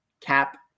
cap